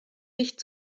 nicht